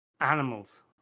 Animals